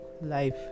life